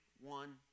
one